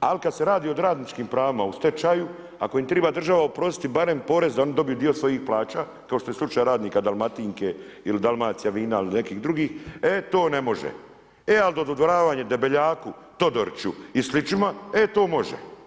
ali kada se radi o radničkim pravima u stečaju, ako im treba država oprostiti barem porez da oni dobiju dio svojih plaća, kao što je slučaj radnika, Dalmatinke ili Dalmacijavina ili nekih drugih e to ne može, e ali dodvoravanje Debeljaku, Todoriću i sličnima e to može.